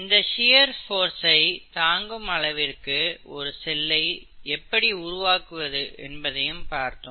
இந்த ஷியர் போர்சை தாங்கும் அளவிற்கு ஒரு செல்லை எப்படி உருவாக்குவது என்பதையும் பார்த்தோம்